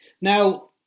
Now